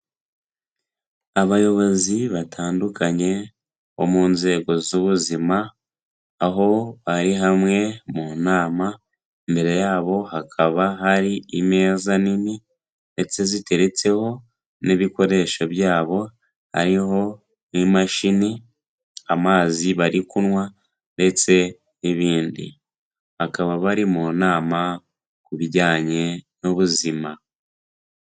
Abayobozi batandukanye bo mu nzego z'ubuzima, aho bari hamwe mu nama, imbere yabo hakaba hari imeza nini ndetse ziteretseho n'ibikoresho byabo hariho nk'imashini, amazi bari kunywa ndetse n'ibindi, bakaba bari mu nama ku bijyanye n'ubuzima.